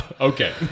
Okay